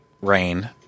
rain